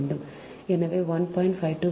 எனவே 1